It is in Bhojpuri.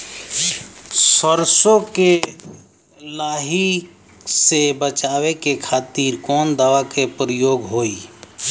सरसो के लही से बचावे के खातिर कवन दवा के प्रयोग होई?